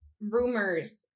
rumors